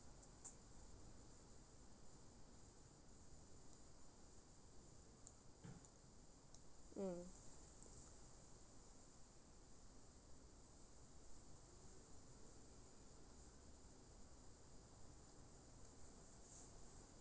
mm